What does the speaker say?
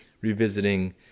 revisiting